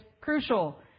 crucial